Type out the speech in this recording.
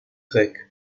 grec